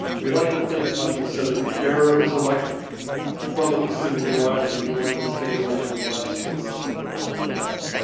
we like to think, hutchins, said, that the air is electric, and from it the student derives an intellectual stimulation that lasts for the rest of her life.